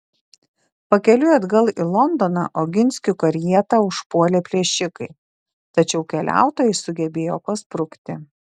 pakeliui atgal į londoną oginskių karietą užpuolė plėšikai tačiau keliautojai sugebėjo pasprukti